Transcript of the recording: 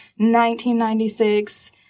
1996